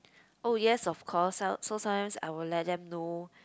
oh yes of course uh so sometimes I will let them know